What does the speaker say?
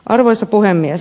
arvoisa puhemies